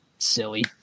Silly